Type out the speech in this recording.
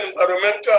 environmental